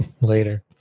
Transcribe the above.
Later